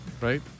Right